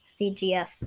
CGS